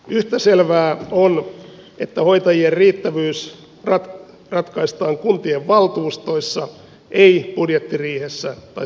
yhtä selvää on että hoitajien riittävyys ratkaistaan kuntien valtuustoissa ei budjettiriihessä tai täysistunnoissa